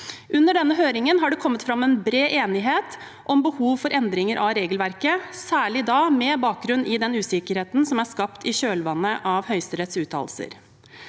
Under høringen har det kommet fram en bred enighet om behov for endringer av regelverket, særlig da med bakgrunn i den usikkerheten som er skapt i kjølvannet av Høyesteretts uttalelser.